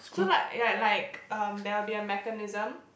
so like yeah like erm there will be a mechanism